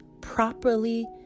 properly